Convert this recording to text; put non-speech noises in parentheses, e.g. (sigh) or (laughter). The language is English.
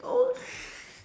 oh (breath)